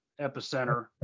Epicenter